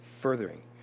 furthering